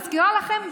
מזכירה לכם,